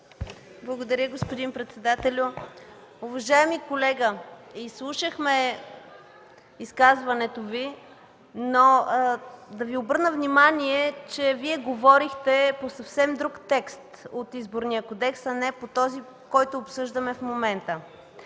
Благодаря, господин председателю. Уважаеми колега, изслушахме изказването Ви, но да Ви обърна внимание, че Вие говорихте по съвсем друг текст от Изборния кодекс, а не по този, който обсъждаме в момента.